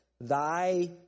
thy